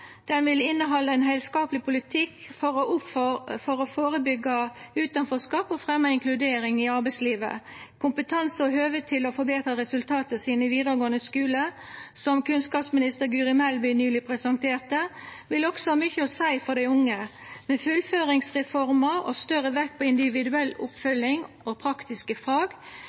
Den vil innehalda ein heilskapleg politikk for å førebyggja utanforskap og fremja inkludering i arbeidslivet. Kompetanse og høve til å forbetra resultata sine i vidaregåande skule, som kunnskapsminister Guri Melby nyleg presenterte, vil også ha mykje å seia for dei unge. Med fullføringsreforma og større vekt på individuell oppfølging og praktiske fag